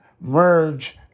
merge